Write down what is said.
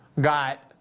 got